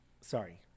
sorry